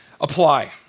apply